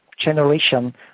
generation